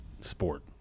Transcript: sport